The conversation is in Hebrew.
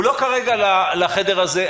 הוא לא כרגע לחדר הזה.